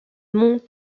monts